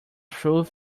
through